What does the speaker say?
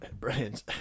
Brilliant